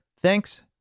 Thanks